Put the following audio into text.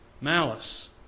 Malice